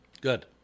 Good